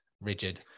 rigid